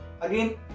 Again